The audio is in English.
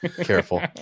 Careful